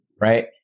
right